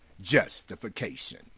justification